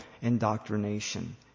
indoctrination